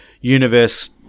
universe